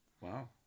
wow